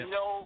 no